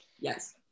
yes